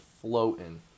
floating